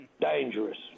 dangerous